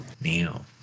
now